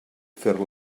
fer